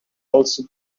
also